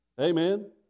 Amen